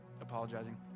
apologizing